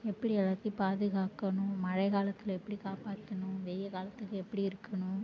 எப்படி எல்லாத்தையும் பாதுகாக்கணும் மழை காலத்தில் எப்படி காப்பாற்றணும் வெய்ய காலத்துக்கு எப்படி இருக்கணும்